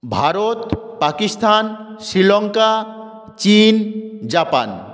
ভারত পাকিস্তান শ্রীলঙ্কা চিন জাপান